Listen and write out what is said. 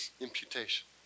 imputation